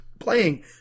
playing